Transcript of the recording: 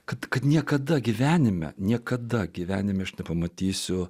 kad niekada gyvenime niekada gyvenime nepamatysiu